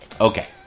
Okay